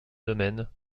domaine